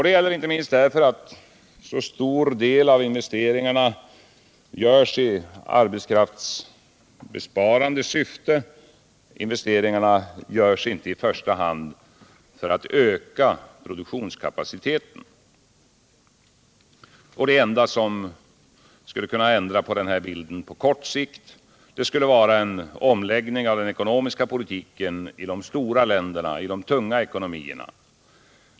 Det gäller inte minst därför att så stor del av investeringarna görs i arbetskraftsbesparande syfte och inte i första hand för att öka produktionskapaciteten. Det enda som skulle kunna ändra på denna bild på kort sikt skulle vara en omläggning av den ekonomiska politiken i de stora länderna, i de tunga ekonomierna.